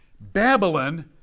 Babylon